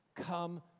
come